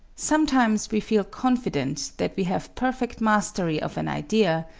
sometimes we feel confident that we have perfect mastery of an idea,